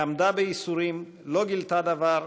היא עמדה בייסורים, לא גילתה דבר,